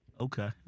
okay